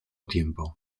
tiempo